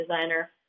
designer